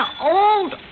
old